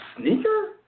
sneaker